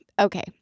Okay